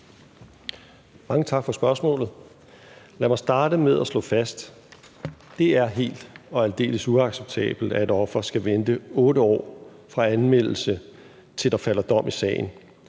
Mange tak for spørgsmålet. Lad mig starte med at slå fast, at det er helt og aldeles uacceptabelt, at et offer skal vente 8 år fra anmeldelse, til der falder dom i sagen.